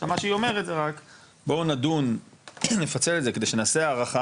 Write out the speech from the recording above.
אז מה שהיא אומרת זה רק בואו נדון נפצל את זה כדי שנעשה הארכה